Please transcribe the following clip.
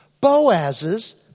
Boaz's